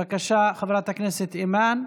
בבקשה, חברת הכנסת אימאן.